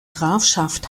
grafschaft